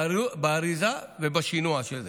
באריזה ובשינוע של זה.